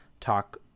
talk